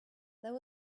there